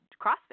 CrossFit